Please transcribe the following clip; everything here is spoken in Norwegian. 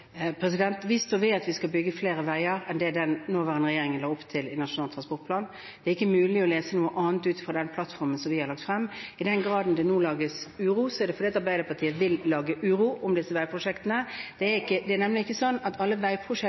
ved at vi skal bygge flere veier enn det den forhenværende regjeringen la opp til i Nasjonal transportplan. Det er ikke mulig å lese noe annet ut av den plattformen som vi har lagt frem. I den grad det nå lages uro, er det fordi Arbeiderpartiet vil lage uro om disse veiprosjektene. Det er nemlig ikke sånn at alle